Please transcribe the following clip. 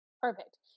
Perfect